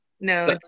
no